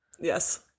Yes